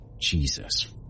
Jesus